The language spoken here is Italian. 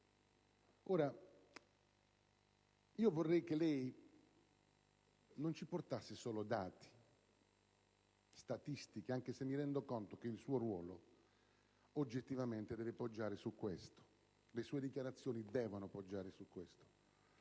Ora, vorrei che lei non ci portasse solo dati e statistiche, anche se mi rendo conto che il suo ruolo oggettivamente deve poggiare su questo, così come le sue dichiarazioni. Allora, cominciando